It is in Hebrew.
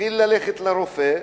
תתחיל ללכת לרופא.